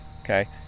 Okay